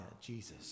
Jesus